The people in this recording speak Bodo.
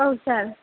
औ सार